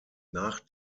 nach